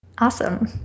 awesome